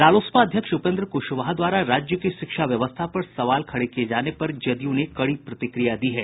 रालोसपा अध्यक्ष उपेन्द्र कुशवाहा द्वारा राज्य की शिक्षा व्यवस्था पर सवाल खड़े किये जाने पर जदयू ने कड़ी प्रतिक्रिया दी है